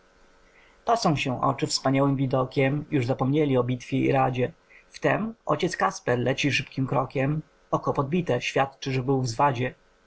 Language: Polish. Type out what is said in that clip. pasą się oczy wspaniałym widokiem już zapomnieli o bitwie i radzie wtem ojciec kasper leci szybkim krokiem oko podbite świadczy że był w zwadzie